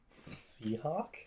Seahawk